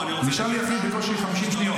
נשארו לי בקושי 50 שניות.